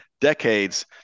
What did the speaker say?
decades